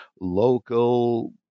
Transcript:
local